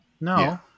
no